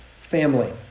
family